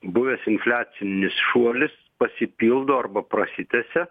buvęs infliacinis šuolis pasipildo arba prasitęsia